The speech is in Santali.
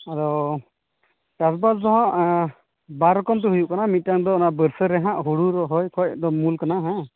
ᱟᱫᱚ ᱪᱟᱥᱼᱵᱟᱥ ᱫᱚ ᱦᱟᱜ ᱵᱟᱨ ᱨᱚᱠᱚᱢ ᱛᱮ ᱦᱩᱭᱭᱩᱜ ᱠᱟᱱ ᱢᱤᱫᱴᱟᱝ ᱫᱚ ᱚᱱᱟ ᱵᱟᱹᱨᱥᱟᱹ ᱨᱮᱦᱟᱜ ᱦᱳᱲᱳ ᱨᱚᱦᱚᱭ ᱠᱷᱚᱡ ᱫᱚ ᱢᱩᱞ ᱠᱟᱱᱟ ᱦᱮᱸ